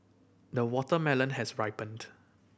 the watermelon has ripened